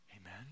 Amen